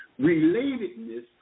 relatedness